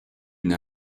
une